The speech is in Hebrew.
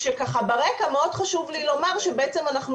כשברקע מאוד חשוב לי לומר שבעצם אנחנו